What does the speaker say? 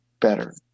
better